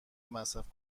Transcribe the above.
مصرف